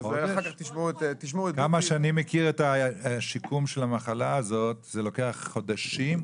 עד כמה שאני מכיר את השיקום של המחלה הזאת זה לוקח חודשים,